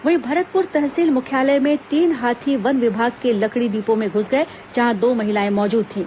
वहीं भरतपुर तहसील मुख्यालय में तीन हाथी वन विभाग के लकड़ी डिपो में घुस गए जहां दो महिलाएं मौजूद थीं